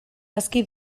aski